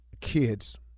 kids